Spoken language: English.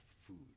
food